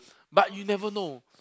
but you never know